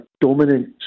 dominant